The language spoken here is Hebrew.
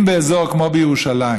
אם באזור כמו ירושלים